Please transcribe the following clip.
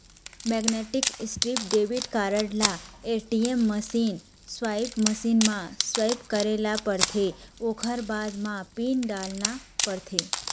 magnetic strip debit card ल ATM machine, swipe machine म swipe करे ल परथे ओखर बाद म पिन डालना परथे